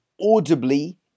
audibly